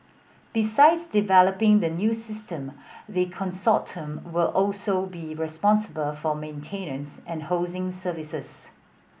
besides developing the new system the consortium will also be responsible for maintenance and hosting services